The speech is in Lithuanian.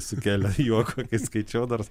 sukelia juoką kai skaičiau dar